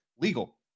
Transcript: legal